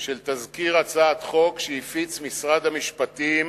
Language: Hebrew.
של תזכיר הצעת חוק שהפיץ משרד המשפטים